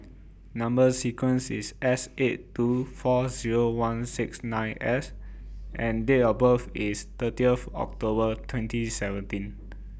Number sequence IS S eight two four Zero one six nine S and Date of birth IS thirtieth October twenty seventeen